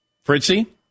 Fritzy